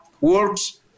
works